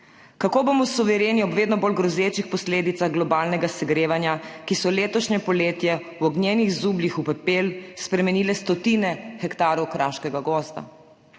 Kako bomo suvereni ob vedno bolj grozečih posledicah globalnega segrevanja, ki so letošnje poletje v ognjenih zubljih v pepel spremenile stotine hektarov kraškega gozda?